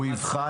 הוא יבחן.